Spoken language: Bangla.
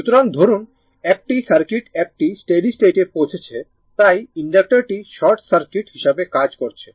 সুতরাং ধরুন একটি সার্কিট একটি স্টেডি স্টেটে পৌঁছেছে তাই ইনডাক্টরটি শর্ট সার্কিট হিসাবে কাজ করছে